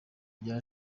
vya